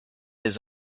his